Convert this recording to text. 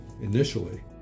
initially